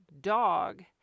dog